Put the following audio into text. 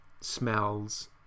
smells